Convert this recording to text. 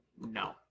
No